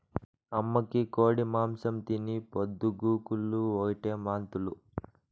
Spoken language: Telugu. అమ్మకి కోడి మాంసం తిని పొద్దు గూకులు ఓటే వాంతులు